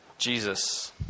Jesus